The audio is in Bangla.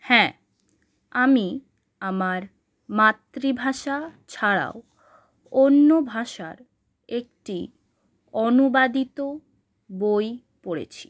হ্যাঁ আমি আমার মাতৃভাষা ছাড়াও অন্য ভাষার একটি অনুবাদিত বই পড়েছি